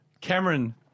Cameron